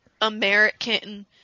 American